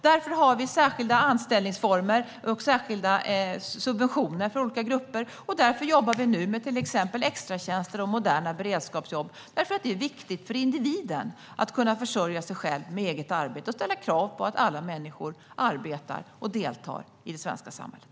Därför har vi särskilda anställningsformer och särskilda subventioner för olika grupper, och därför jobbar vi nu med till exempel extratjänster och moderna beredskapsjobb. Detta gör vi eftersom det är viktigt för individen att kunna försörja sig själv med eget arbete och för att det är viktigt att ställa krav på att alla människor arbetar och deltar i det svenska samhället.